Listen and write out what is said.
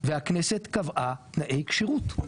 והכנסת קבעה תנאי כשירות,